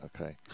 okay